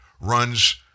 runs